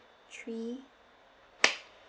three